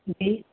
जी